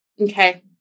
Okay